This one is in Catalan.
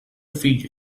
fill